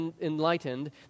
enlightened